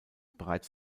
bereits